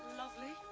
lovely.